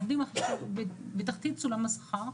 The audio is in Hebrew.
העובדים שבתחתית סולם השכר,